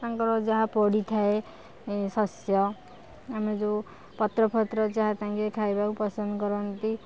ତାଙ୍କର ଯାହା ପଡ଼ିଥାଏ ଶସ୍ୟ ଆମେ ଯେଉଁ ପତ୍ର ଫତ୍ର ଯାହା ତାଙ୍କେ ଖାଇବାକୁ ପସନ୍ଦ କରନ୍ତି